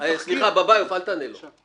בביוף, אל תענה לו.